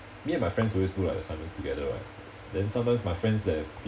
me and my friends always do like assignments together right then sometimes my friends they have